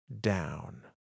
down